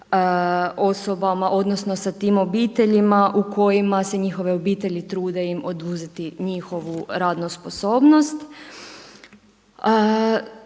osobama odnosno sa tim obiteljima u kojima se njihove obitelji trude im oduzeti njihovu radnu sposobnost.